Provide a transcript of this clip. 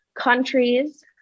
countries